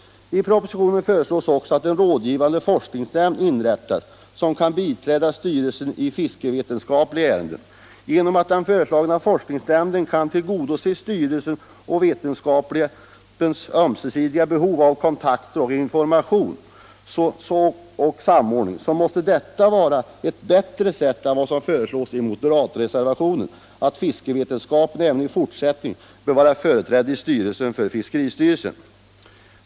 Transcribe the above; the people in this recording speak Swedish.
I propositionen föreslås också att en rådgivande forskningsnämnd inrättas som kan biträda styrelsen i fiskerivetenskapliga ärenden. Den föreslagna forskningsnämnden kan tillgodose styrelsens och vetenskapens ömsesidiga behov av kontakter för information och samordning, och detta måste vara ett bättre sätt än det som föreslås i moderatreservationen —- att fiskerivetenskapen även i fortsättningen bör vara företrädd i styrelsen för fiskeristyrelsen.